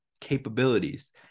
capabilities